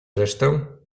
resztę